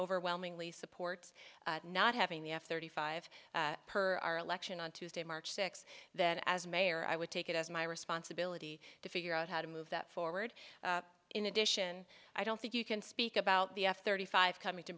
overwhelmingly supports not having the f thirty five per our election on tuesday march sixth that as mayor i would take it as my responsibility to figure out how to move that forward in addition i don't think you can speak about the f thirty five coming to